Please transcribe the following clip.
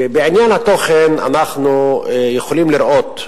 ובעניין התוכן אנחנו יכולים לראות,